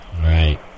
Right